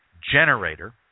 generator